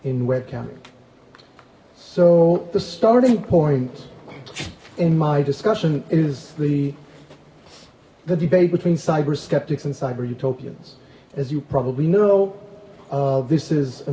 webcaming so the starting point in my discussion is the the debate between cyber skeptics in cyber utopians as you probably know this is a